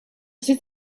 zit